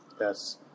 Yes